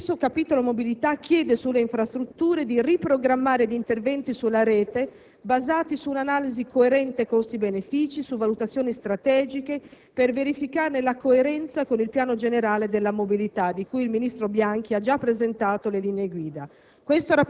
Lo stesso capitolo mobilità chiede per le infrastrutture di riprogrammare gli interventi sulla rete basati su un'analisi coerente costi-benefìci, su valutazioni strategiche, per verificarne la coerenza con il piano generale della mobilità, di cui il ministro Bianchi ha già presentato le linee guida.